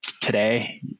today